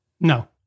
No